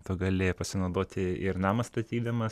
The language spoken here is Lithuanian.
tu gali pasinaudoti ir namą statydamas